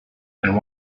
and